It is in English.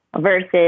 versus